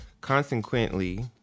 consequently